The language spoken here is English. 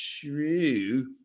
true